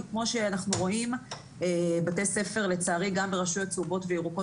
כי כמו שאנחנו רואים בתי הספר לצערי גם ברשויות צהובות וירוקות